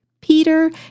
Peter